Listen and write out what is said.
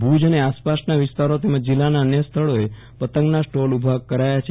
ભુજ અને આસપાસના વિસ્તારો તેમજ જિલ્લાના અન્ય સ્થળોએ પતંગના સ્ટોલ ઉભા કરાયા છે